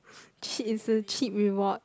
cheat it's a cheat reward